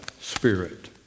spirit